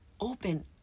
open